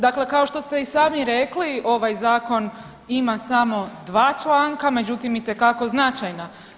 Dakle, kao što ste i sami rekli, ovaj Zakon ima samo dva članka, međutim itekako značajna.